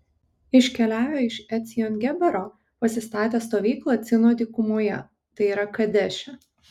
iškeliavę iš ecjon gebero pasistatė stovyklą cino dykumoje tai yra kadeše